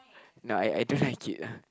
no I I don't like it lah